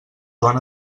joan